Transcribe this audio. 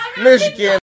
Michigan